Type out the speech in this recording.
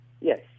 Yes